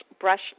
brush